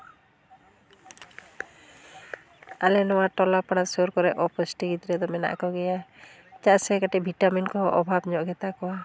ᱟᱞᱮ ᱱᱚᱣᱟ ᱴᱚᱞᱟᱯᱟᱲᱟ ᱥᱩᱨ ᱠᱚᱨᱮ ᱚᱯᱩᱥᱴᱤ ᱜᱤᱫᱽᱨᱟᱹ ᱫᱚ ᱢᱮᱱᱟᱜ ᱠᱚᱜᱮᱭᱟ ᱪᱮᱫᱟᱜ ᱥᱮ ᱠᱟᱹᱴᱤᱡ ᱵᱷᱤᱴᱟᱢᱤᱱ ᱠᱚᱦᱚᱸ ᱚᱵᱷᱟᱵᱽ ᱧᱚᱜ ᱜᱮᱛᱟ ᱠᱚᱣᱟ